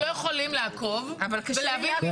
אנחנו לא יכולים לעקוב ולהבין.